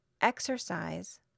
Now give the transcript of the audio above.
exercise